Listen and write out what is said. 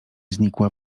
znikła